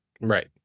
Right